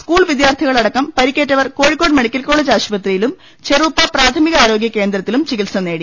school വിദ്യാർഥികളടക്കം പരിക്കേ റ്റവർ കോഴിക്കോട് മെഡിക്കൽ കോളജ് ആശുപത്രി യിലും ചെറൂപ്പ പ്രാഥമികാരോഗ്യകേന്ദ്രത്തിലും ചികിത്സ തേടി